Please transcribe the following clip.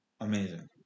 amazing